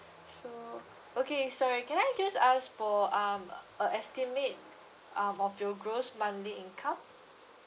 so okay sorry can I just ask for um a estimate um of your gross monthly income